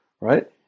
right